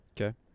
Okay